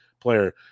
player